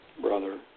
brother